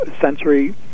Sensory